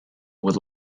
would